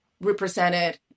represented